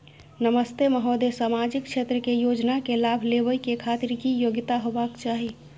नमस्ते महोदय, सामाजिक क्षेत्र के योजना के लाभ लेबै के खातिर की योग्यता होबाक चाही?